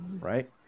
right